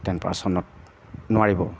ten পাৰ্চেণ্টত নোৱাৰিব